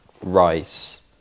Rice